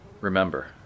Remember